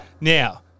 Now